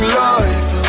life